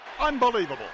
Unbelievable